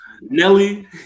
Nelly